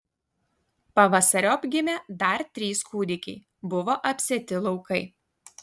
pavasariop gimė dar trys kūdikiai buvo apsėti laukai